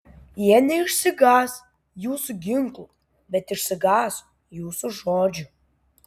jie neišsigąs jūsų ginklų bet išsigąs jūsų žodžių